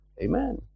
Amen